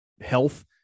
health